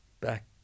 back